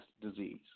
disease